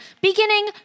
beginning